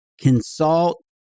Consult